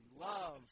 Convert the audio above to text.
Love